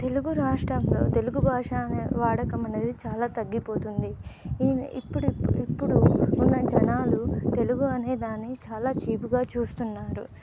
తెలుగు రాష్ట్రంలో తెలుగు భాష అనే వాడకమనేది చాలా తగ్గిపోతుంది ఈ ఇప్పుడిప్పు ఇప్పుడు ఉన్న జనాలు తెలుగు అనేదాన్ని చాలా చీపుగా చూస్తున్నారు